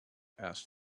asked